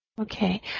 Okay